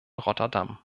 rotterdam